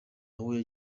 nawe